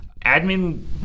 Admin